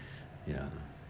ya